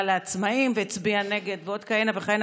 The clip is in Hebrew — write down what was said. לעצמאים והצביע נגד ועוד כהנה וכהנה,